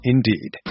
Indeed